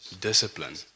discipline